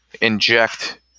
inject